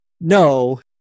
No